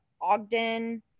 ogden